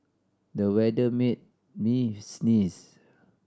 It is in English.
the weather made me sneeze